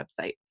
website